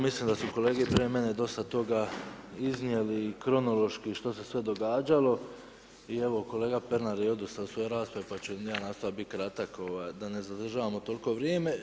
Mislim da su kolege kraj mene, dosta toga iznijeli i kronološki što se sve događalo i evo kolega Pernar je odustao u svojoj raspravi, pa ću ja nastojati biti kratak, da ne zadržavamo toliko vrijeme.